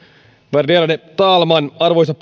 värderade talman arvoisa